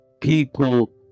people